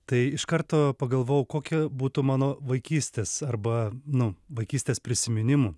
tai iš karto pagalvojau kokia būtų mano vaikystės arba nu vaikystės prisiminimų